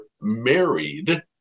married